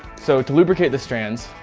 so to lubricate the strands,